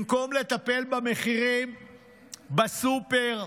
במקום לטפל במחירים בסופר,